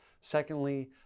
Secondly